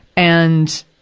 and,